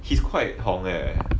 he's quite 红 eh